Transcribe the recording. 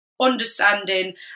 understanding